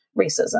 racism